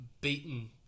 beaten